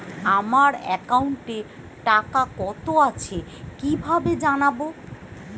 আমার একাউন্টে টাকা কত আছে কি ভাবে জানবো?